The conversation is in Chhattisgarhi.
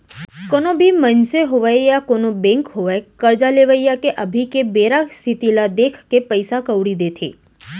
कोनो भी मनसे होवय या कोनों बेंक होवय करजा लेवइया के अभी के बेरा इस्थिति ल देखके पइसा कउड़ी देथे